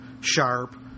Sharp